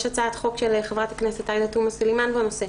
יש את הצעת חוק חברת הכנסת עאידה תומא סלימאן בנושא.